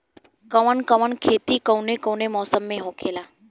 कवन कवन खेती कउने कउने मौसम में होखेला?